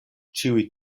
ĉiuj